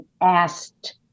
asked